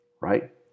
right